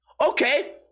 Okay